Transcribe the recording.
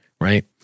right